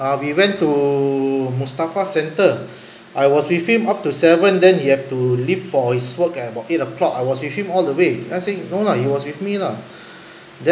ah we went to mustafa centre I was with him up to seven then he have to leave for his work at about eight o'clock I was with him all the way then I said no lah he was with me lah